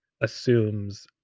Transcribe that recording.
assumes